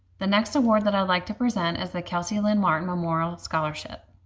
the next award that i'd like to present is the kelsey lynn martin memorial scholarship.